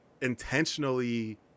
intentionally